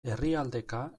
herrialdeka